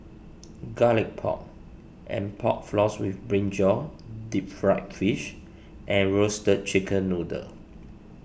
Garlic Pork and Pork Floss with Brinjal Deep Fried Fish and Roasted Chicken Noodle